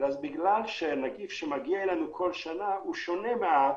אלא בגלל שהנגיף שמגיע אלינו בכל שנה הוא שונה מן